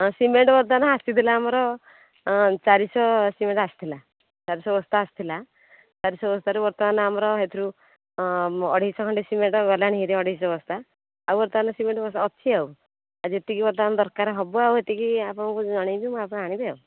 cement ବର୍ତ୍ତମାନ ଆସିଥିଲା ଆମର ଚାରିଶହ ସିମେଣ୍ଟ୍ ଆସିଥିଲା ଚାରିଶହ ବସ୍ତା ଆସିଥିଲା ଚାରିଶହ ବସ୍ତାରୁ ବର୍ତ୍ତମାନ ଆମର ସେଥିରୁ ଅଢ଼େଇଶହ ଖଣ୍ଡେ ସିମେଣ୍ଟ୍ ଗଲାଣି ହାରି ଅଢ଼େଇଶହ ବସ୍ତା ଆଉ ବର୍ତ୍ତମାନ ସିମେଣ୍ଟ୍ ବସ୍ତା ଅଛି ଆଉ ଆଉ ଯେତିକି ବର୍ତ୍ତମାନ ଦରକାର ହେବ ଆଉ ସେତିକି ଆପଣଙ୍କୁ ଜଣାଇବି ମୁଁ ଆଗ ଆଣିବି ଆଉ